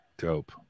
Dope